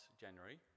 January